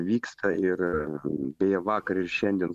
vyksta ir beje vakar ir šiandien